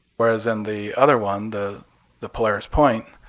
whereas in the other one, the the polaris point,